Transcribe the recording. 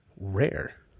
rare